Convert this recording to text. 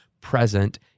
present